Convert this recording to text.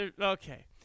okay